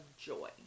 joy